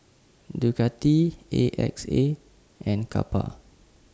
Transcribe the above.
Ducati A X A and Kappa